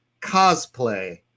Cosplay